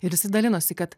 ir jisai dalinosi kad